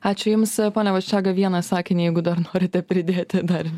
ačiū jums pone vaščega vieną sakinį jeigu dar norite pridėti dar